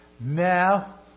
Now